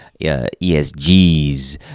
ESGs